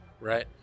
Right